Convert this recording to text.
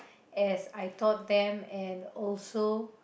as I taught them and also